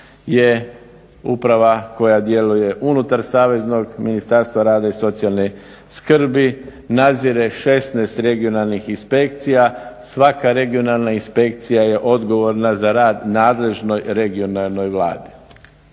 je uprava koja djeluje unutar saveznog Ministarstva rada i socijalne skrbi, nadzire 16 regionalnih inspekcija. Svaka regionalna inspekcija je odgovorna za rad nadležnoj regionalnoj vladi.